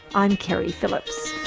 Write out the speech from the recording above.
i'm keri phillips.